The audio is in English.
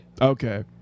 Okay